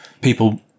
people